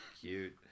cute